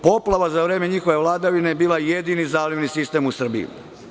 Poplava za vreme njihove vladavine je bila jedini zalivni sistem u Srbiji.